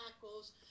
tackles